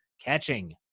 catching